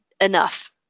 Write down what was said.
enough